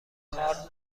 کار